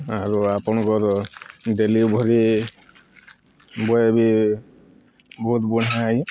ଆଉ ଆପଣଙ୍କର delivery boy ବି ବହୁତ ବଢ଼ିଆ